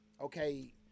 okay